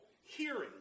hearing